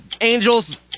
Angels